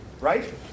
Right